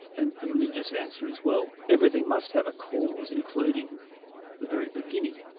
and the religious answers is well, everything must have a cause, including the very beginning.